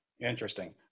Interesting